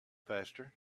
faster